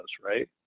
right